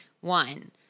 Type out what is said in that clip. One